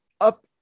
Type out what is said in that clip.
up